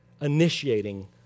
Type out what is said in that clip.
initiating